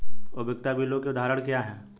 उपयोगिता बिलों के उदाहरण क्या हैं?